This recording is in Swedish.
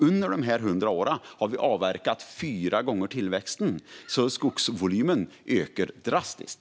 Under den tiden har vi avverkat fyra gånger tillväxten. Skogsvolymen ökar alltså drastiskt.